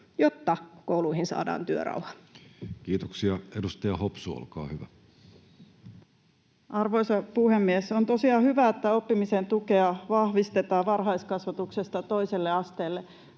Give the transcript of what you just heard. jotta kouluihin saadaan työrauha? Kiitoksia. — Edustaja Hopsu, olkaa hyvä. Arvoisa puhemies! On tosiaan hyvä, että oppimisen tukea vahvistetaan varhaiskasvatuksesta toiselle asteelle,